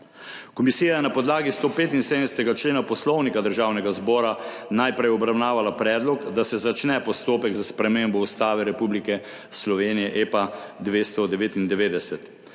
Komisija je na podlagi 175. člena Poslovnika Državnega zbora najprej obravnavala predlog, da se začne postopek za spremembo Ustave Republike Slovenije, EPA 299.